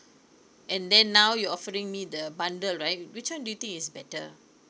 and then now you offering me the bundle right which one do you think is better